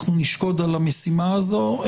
נשקוד על המשימה הזו.